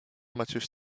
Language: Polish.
maciuś